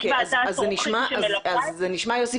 יש ועדת עורכים שמלווה את זה.